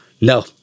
no